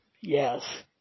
Yes